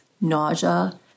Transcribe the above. nausea